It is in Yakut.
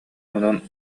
онон